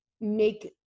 make